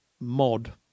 mod